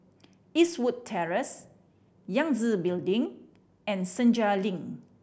Eastwood Terrace Yangtze Building and Senja Link